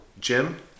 Jim